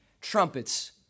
trumpets